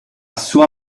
sua